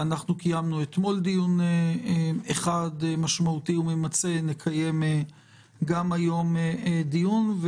קיימנו אתמול דיון אחד משמעותי וממצה ונקיים גם היום דיון.